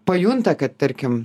pajunta kad tarkim